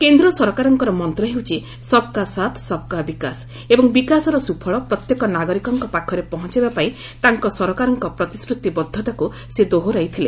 କେନ୍ଦ୍ରସରକାରଙ୍କର ମନ୍ତ ହେଉଛି ସବ୍ କା ସାଥ ସବକା ବିକାଶ ଏବଂ ବିକାଶର ସୁଫଳ ପ୍ରତ୍ୟେକ ନାଗରିକଙ୍କ ପାଖରେ ପହଞ୍ଚାଇବା ପାଇଁ ତାଙ୍କ ସରକାରଙ୍କ ପ୍ରତିଶ୍ରତିବଦ୍ଧତାକୁ ସେ ଦୋହରାଇଥିଲେ